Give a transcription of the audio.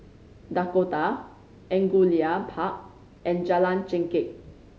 Dakota Angullia Park and Jalan Chengkek